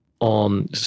on